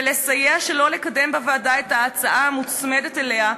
ולסייע שלא לקדם בוועדה את ההצעה המוצמדת אליה,